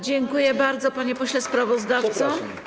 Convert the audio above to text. Dziękuję bardzo, panie pośle sprawozdawco.